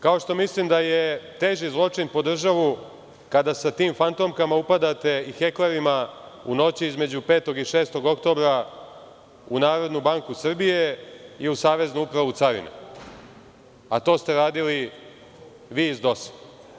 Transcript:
Kao što mislim da je teži zločin po državu kada sa tim fantomkama upadate, i heklerima, u noći između 5. i 6. oktobra u NBS i u Saveznu upravu carina, a to ste radili vi iz DOS.